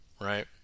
Right